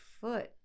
foot